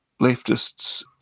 leftists